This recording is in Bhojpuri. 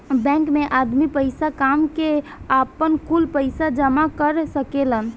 बैंक मे आदमी पईसा कामा के, आपन, कुल पईसा जामा कर सकेलन